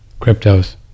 Cryptos